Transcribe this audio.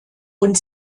und